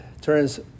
turns